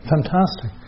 Fantastic